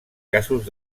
casos